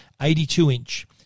82-inch